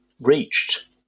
reached